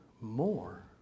more